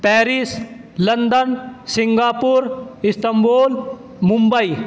Paris London Singapore Istanbul Mumbai